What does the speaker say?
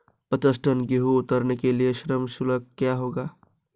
पचास टन गेहूँ उतारने के लिए श्रम शुल्क क्या होगा?